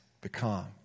become